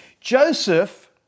Joseph